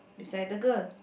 beside the girl